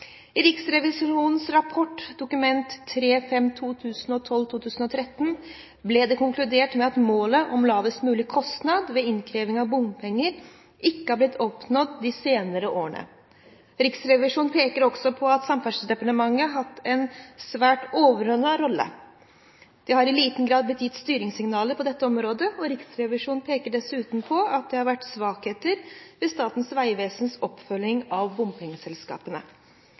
I Riksrevisjonens rapport, Dokument 3:5 for 2012–2013, ble det konkludert med at målet om lavest mulig kostnader ved innkreving av bompenger ikke har blitt oppnådd de senere årene. Riksrevisjonen peker også på at Samferdselsdepartementet har hatt en svært overordnet rolle. Det har i liten grad blitt gitt styringssignaler på dette området, og Riksrevisjonen peker dessuten på at det har vært svakheter ved Statens vegvesens oppfølging av bompengeselskapene.